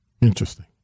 Interesting